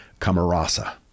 Camarasa